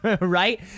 Right